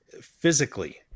physically